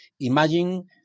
imagine